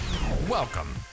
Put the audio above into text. welcome